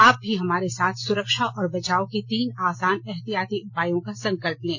आप भी हमारे साथ सुरक्षा और बचाव के तीन आसान एहतियाती उपायों का संकल्प लें